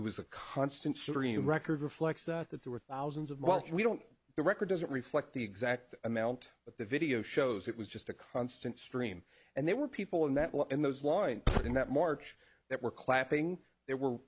it was a constant stream record reflects that that there were thousands of miles we don't the record doesn't reflect the exact amount but the video shows it was just a constant stream and there were people in that well in those lines in that march that were clapping there were